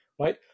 Right